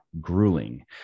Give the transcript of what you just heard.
grueling